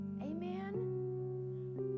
Amen